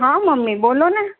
હ મમ્મી બોલોને